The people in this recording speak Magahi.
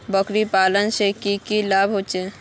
बकरी पालने से की की लाभ होचे?